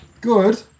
Good